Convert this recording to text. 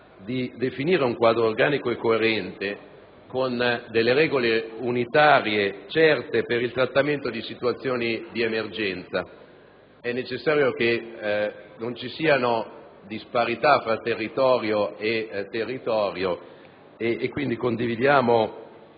di definire un quadro organico e coerente di regole unitarie e certe per il trattamento di situazioni di emergenza. È necessario che non vi siano disparità tra territorio e territorio. Quindi condivide